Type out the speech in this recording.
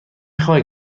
خواهید